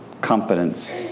confidence